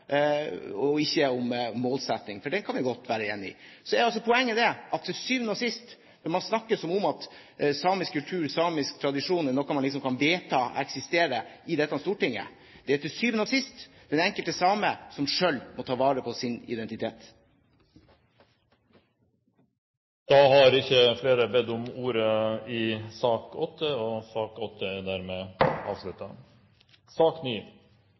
og ikke om målsetting, for den kan vi godt være enig i. Så er altså poenget det at til syvende og sist, når man snakker som om at samisk kultur, samisk tradisjon er noe man liksom kan vedta eksisterer – i dette storting – er det den enkelte same som selv må ta vare på sin identitet. Flere har ikke bedt om ordet til sak